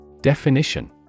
Definition